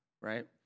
right